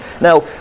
Now